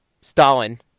Stalin